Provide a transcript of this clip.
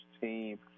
team